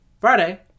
Friday